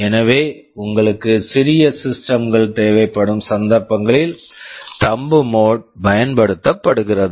எனவே உங்களுக்கு சிறிய சிஸ்டம் system கள் தேவைப்படும் சந்தர்ப்பங்களில் தம்ப் மோட் thumb mode பயன்படுத்தப்படுகிறது